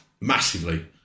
Massively